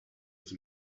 was